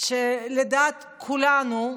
שלדעת כולנו,